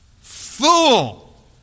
fool